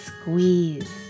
squeeze